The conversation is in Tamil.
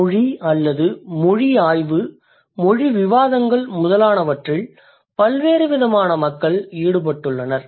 மொழி அல்லது மொழி ஆய்வு மொழி விவாதங்கள் முதலானவற்றில் பல்வேறுவிதமானர்கள் ஈடுபட்டுள்ளனர்